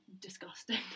disgusting